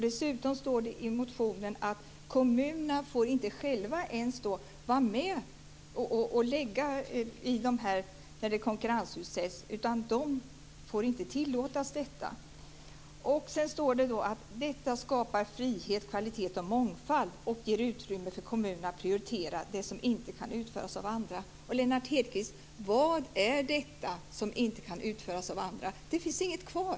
Dessutom står det i motionen att kommunerna själva inte skall få vara med när denna verksamhet konkurrensutsätts. De tillåts inte detta. Detta, står det sedan, skapar frihet, kvalitet och mångfald och ger utrymme för kommunerna att prioritera det som inte kan utföras av andra. Vad, Lennart Hedquist, är detta som inte kan utföras av andra? Det finns inget kvar!